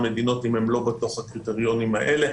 מדינות אם הם לא בתוך הקריטריונים האלה.